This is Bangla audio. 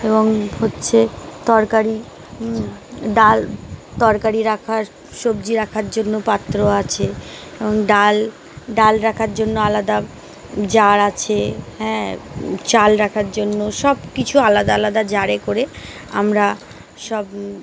এবং হচ্ছে তরকারি ডাল তরকারি রাখার সবজি রাখার জন্য পাত্র আছে এবং ডাল ডাল রাখার জন্য আলাদা জাার আছে হ্যাঁ চাল রাখার জন্য সব কিছু আলাদা আলাদা জারে করে আমরা সব